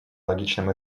логичном